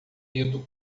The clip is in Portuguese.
lido